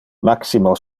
maximo